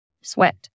sweat